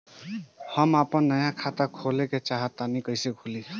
हम आपन नया खाता खोले के चाह तानि कइसे खुलि?